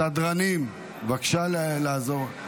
סדרנים, בבקשה לעזור.